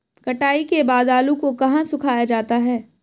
कटाई के बाद आलू को कहाँ सुखाया जाता है?